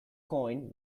coin